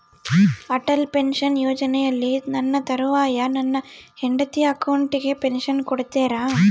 Atal pension ಯೋಜನೆಯಲ್ಲಿ ನನ್ನ ತರುವಾಯ ನನ್ನ ಹೆಂಡತಿ ಅಕೌಂಟಿಗೆ ಪೆನ್ಶನ್ ಕೊಡ್ತೇರಾ?